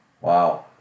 Wow